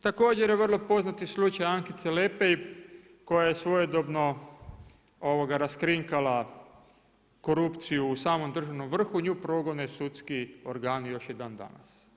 Također je vrlo poznati slučaj Ankice Lepej koja je svojedobno raskrinkala korupciju u samom državnom vrhu, nju progone sudski organi još i dan danas.